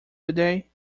today